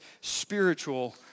spiritual